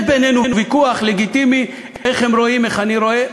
יש בינינו ויכוח לגיטימי איך הם רואים ואיך אני רואה.